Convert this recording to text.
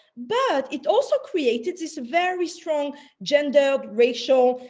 but it also created this very strong gender, racial,